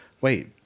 wait